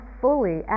fully